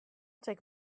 take